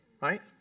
right